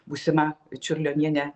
būsima čiurlionienė